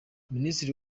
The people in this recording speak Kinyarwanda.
ministre